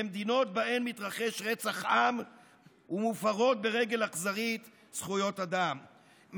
למדינות שבהן מתרחש רצח עם ומופרות ברגל אכזרית זכויות אדם,